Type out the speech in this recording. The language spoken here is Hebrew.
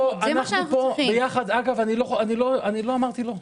אני לא אמרתי לא.